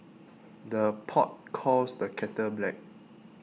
the pot calls the kettle black